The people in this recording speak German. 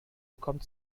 bekommt